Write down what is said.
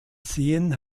sehen